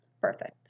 perfect